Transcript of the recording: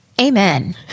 amen